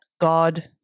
God